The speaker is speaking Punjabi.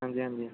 ਹਾਂਜੀ ਹਾਂਜੀ